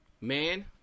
Man